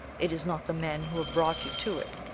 it is not the men who have brought you to it,